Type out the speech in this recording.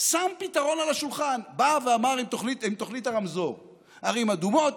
שם פתרון על השולחן ובא ואמר עם תוכנית הרמזור: ערים אדומות,